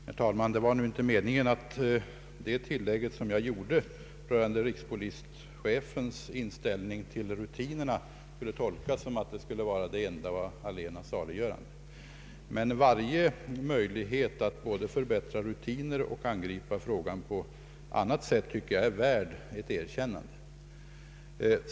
Herr talman! Det var inte meningen att det tillägg som jag gjorde rörande rikspolischefens inställning till rutinerna skulle tolkas så att jag ansåg det vara det enda saliggörande. Varje försök, både att förbättra rutinerna och angripa frågan på annat sätt, tycker jag är värt ett erkännande.